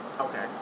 Okay